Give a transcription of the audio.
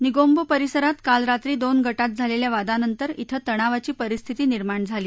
निगोंबो परिसरात काल रात्री दोन गटात झालेल्या वादानंतर तिथं तणावाची परिस्थिती निर्माण झाली